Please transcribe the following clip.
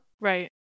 Right